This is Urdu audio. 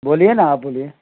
بولیے نا آپ بولیے